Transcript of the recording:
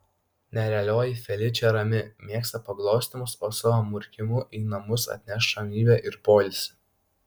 nerealioji feličė rami mėgsta paglostymus o savo murkimu į namus atneš ramybę ir poilsį